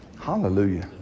Hallelujah